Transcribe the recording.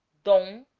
dom,